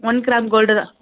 one gram gold தான்